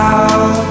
Out